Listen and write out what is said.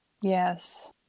Yes